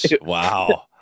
Wow